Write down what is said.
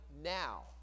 Now